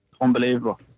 unbelievable